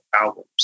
albums